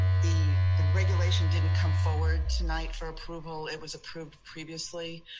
the regulation didn't come forward tonight for approval. it was approved previously,